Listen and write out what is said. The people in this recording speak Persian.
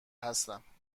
هستم